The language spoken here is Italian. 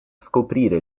scoprire